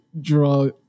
draw